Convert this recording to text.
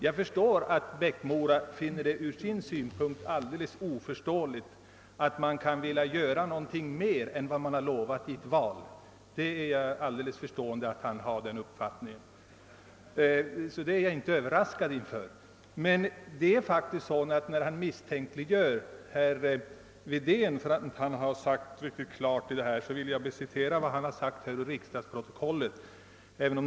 Jag förstår att herr Eriksson i Bäckmora från sin utgångspunkt finner det alldeles oförståeligt, att man kan vilja göra någonting utöver vad man lovat i ett val. Men då han misstänkliggör herr Wedén och menar att denne inte skulle ha uttalat sig klart på den här punkten vill jag citera herr Wedén ur riksdagsprotokollet.